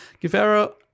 Guevara